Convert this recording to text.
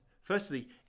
Firstly